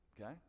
okay